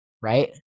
right